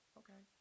okay